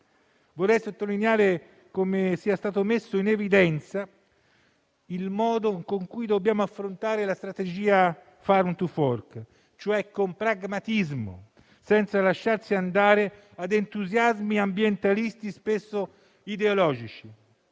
Vorrei sottolineare come sia stato messo in evidenza il modo in cui dobbiamo affrontare la strategia Farm to fork, cioè con pragmatismo, senza lasciarci andare ad entusiasmi ambientalisti spesso ideologici.